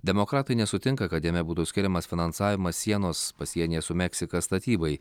demokratai nesutinka kad jame būtų skiriamas finansavimas sienos pasienyje su meksika statybai